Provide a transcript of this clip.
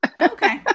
Okay